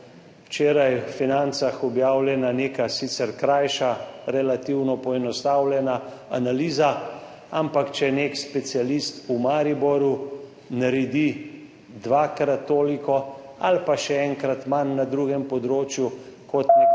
bila v Financah objavljena neka sicer krajša, relativno poenostavljena analiza, ampak če nek specialist v Mariboru naredi dvakrat toliko ali pa še enkrat manj na drugem področju kot nekdo